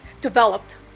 developed